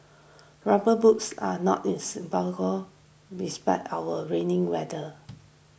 rubber boots are not in respect our rainy weather